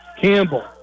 Campbell